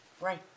Right